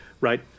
Right